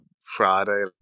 Friday